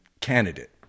candidate